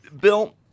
Bill